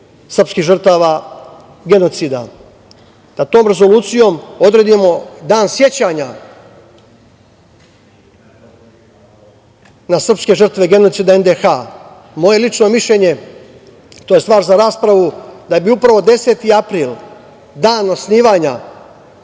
srpskih žrtava genocida, da tom rezolucijom odredimo dan sećanja na srpske žrtve genocida NDH. Moje lično mišljenje, tj. vaš za raspravu da bi upravo 10. april dan osnivanja